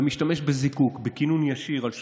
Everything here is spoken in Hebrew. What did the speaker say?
לוקח ומשתמש בזיקוק בכינון ישיר על שוטרים,